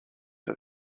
have